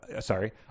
Sorry